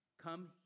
Come